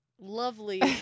lovely